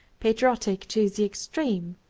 patriotic to the extreme,